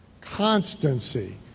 Constancy